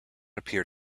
appear